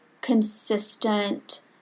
consistent